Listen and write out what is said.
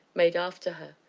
made after her.